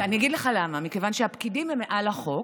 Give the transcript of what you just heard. אני אגיד לך למה: מכיוון שהפקידים הם מעל החוק,